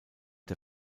der